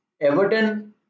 Everton